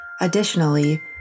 Additionally